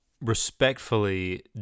respectfully